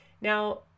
Now